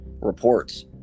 reports